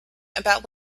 about